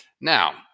Now